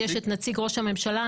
יש את נציג ראש הממשלה,